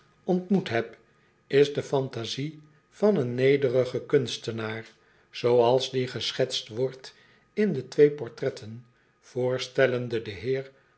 ontmoet heb is de fantasie van een nederigen kunstenaar zooals die geschetst wordt in de twee portretten voorstellende den heer